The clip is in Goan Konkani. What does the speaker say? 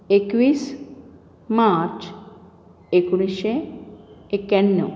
एकवीस मार्च एकूणशें एक्याणव